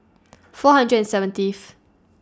four hundred and seventieth